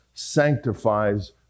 sanctifies